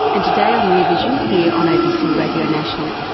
and today on rear vision, here on abc radio national,